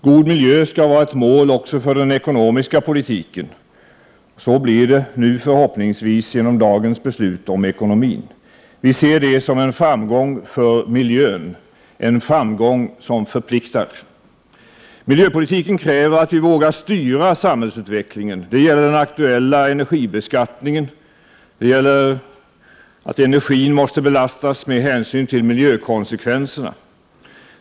God miljö skall vara ett mål också för den ekonomiska politiken. Så blir det nu förhoppningsvis genom dagens beslut om ekonomin. Vi ser det som en framgång för miljön, en framgång som förpliktar! Miljöpolitiken kräver att vi vågar styra samhällsutvecklingen. Det gäller den aktuella energibeskattningen. Energin måste belastas med hänsyn till miljökonsekvenserna.